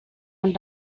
und